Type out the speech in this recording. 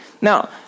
Now